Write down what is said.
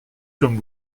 comme